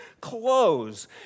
clothes